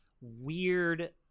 weird